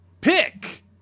Pick